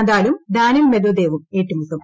നദാലും ഡാനിൽ മെദ്വെദേവും ഏറ്റുമുട്ടും